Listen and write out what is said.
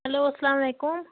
hello اسلام علیکُم